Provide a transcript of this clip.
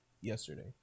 yesterday